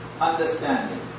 understanding